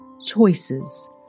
Choices